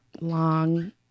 long